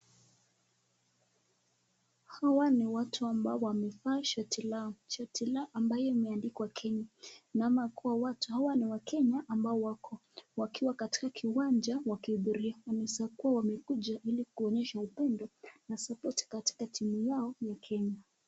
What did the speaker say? Hawa ni watu ambao wamevaa shati lao. Shati la ambalo limeandikwa jina kenya . Naona kuwa watu hawa ni wakenya ambao wako , wakiwa katika kiwanja wakiuhudhuria, wanaeza kuwa wamekuja kunyesha upendo na sapoti katika timu yao ya Kenya.